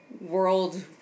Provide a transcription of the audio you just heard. world